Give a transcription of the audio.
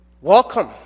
welcome